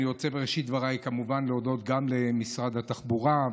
בראשית דבריי אני רוצה כמובן להודות גם למשרד התחבורה,